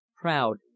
proud